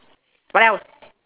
what else